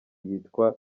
yitwa